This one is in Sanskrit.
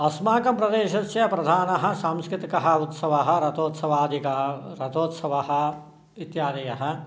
अस्माकं प्रदेशस्य प्रधानः सांस्कृतिकः उत्सवः रथोत्सवादिका रथोत्सवः इत्यादयः